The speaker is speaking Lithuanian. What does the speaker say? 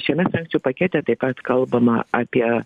šiame sankcijų pakete taip pat kalbama apie